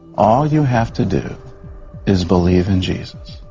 all you have to do is believe in jesus